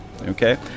Okay